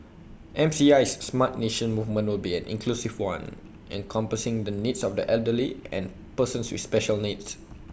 MCI's Smart Nation movement will be an inclusive one encompassing the needs of the elderly and persons with special needs